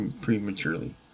prematurely